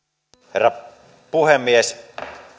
herra puhemies